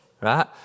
right